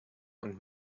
und